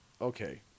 okay